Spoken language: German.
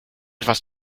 etwas